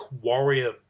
warrior